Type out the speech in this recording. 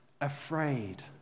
afraid